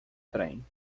trem